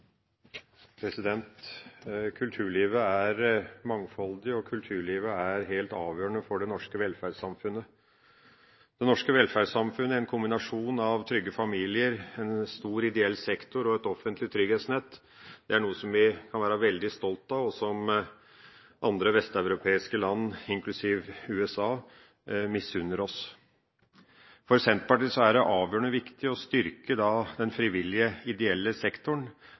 mangfoldig, og kulturlivet er helt avgjørende for det norske velferdssamfunnet. Det norske velferdssamfunnet, en kombinasjon av trygge familier, en stor ideell sektor og et offentlig trygghetsnett, er noe som vi kan være veldig stolte av, og som andre vesteuropeiske land, inklusiv USA, misunner oss. For Senterpartiet er det avgjørende viktig å styrke den frivillige, ideelle sektoren,